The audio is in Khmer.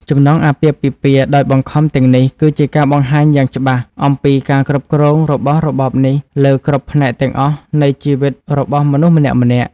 ចំណងអាពាហ៍ពិពាហ៍ដោយបង្ខំទាំងនេះគឺជាការបង្ហាញយ៉ាងច្បាស់អំពីការគ្រប់គ្រងរបស់របបនេះលើគ្រប់ផ្នែកទាំងអស់នៃជីវិតរបស់មនុស្សម្នាក់ៗ។